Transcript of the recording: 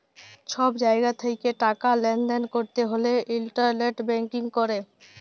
ছব জায়গা থ্যাকে টাকা লেলদেল ক্যরতে হ্যলে ইলটারলেট ব্যাংকিং ক্যরে